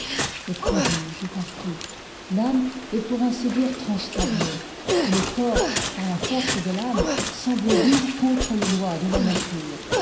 le prodige est pai tout l'âme est pour ainsi dire transformée et le corps par la force de l'âme semble vivre contre les lois de la nature